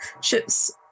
ship's